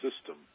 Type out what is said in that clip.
system